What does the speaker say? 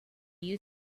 you